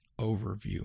overview